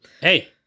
Hey